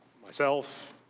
myself,